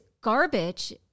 garbage